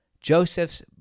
Joseph's